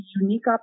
unique